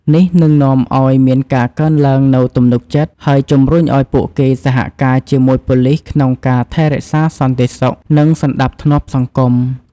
នេះនឹងនាំឱ្យមានការកើនឡើងនូវទំនុកចិត្ត ហើយជំរុញឱ្យពួកគេសហការជាមួយប៉ូលិសក្នុងការថែរក្សាសន្តិសុខ និងសណ្ដាប់ធ្នាប់សង្គម។